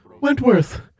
Wentworth